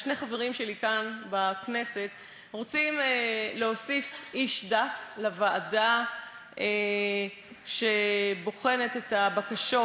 שני חברים שלי כאן בכנסת רוצים להוסיף איש דת לוועדה שבוחנת את הבקשות